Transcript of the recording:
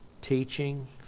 Teaching